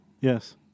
Yes